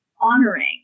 honoring